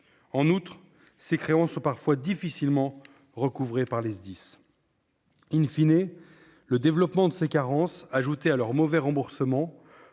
En outre, ces créances sont parfois difficilement recouvrées par les SDIS., le développement de ces carences ajouté à leur mauvais remboursement